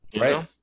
Right